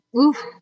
oof